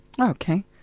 Okay